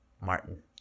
Martin